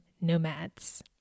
Nomads